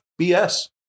BS